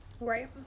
Right